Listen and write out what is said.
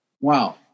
wow